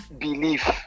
belief